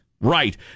Right